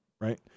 right